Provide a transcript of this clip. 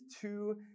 two